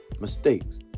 mistakes